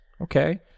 Okay